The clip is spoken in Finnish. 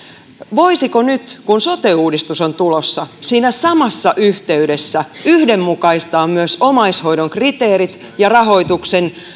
voisiko nyt kun sote uudistus on tulossa siinä samassa yhteydessä yhdenmukaistaa myös omaishoidon kriteerit ja rahoituksen